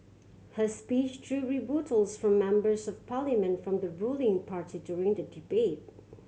her speech drew rebuttals from Members of Parliament from the ruling party during the debate